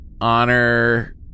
Honor